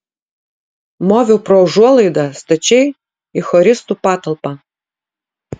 moviau pro užuolaidą stačiai į choristų patalpą